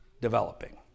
developing